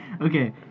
okay